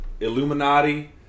Illuminati